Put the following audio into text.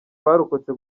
abarokotse